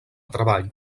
treball